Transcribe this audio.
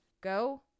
go